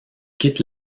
quitte